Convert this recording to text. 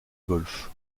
golf